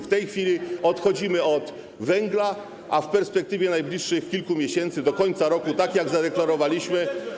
W tej chwili odchodzimy od węgla, a w perspektywie najbliższych kilku miesięcy, do końca roku, tak jak zadeklarowaliśmy.